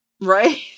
Right